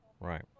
Right